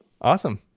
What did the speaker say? Awesome